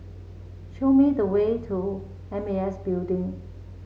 show me the way to M A S Building